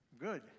good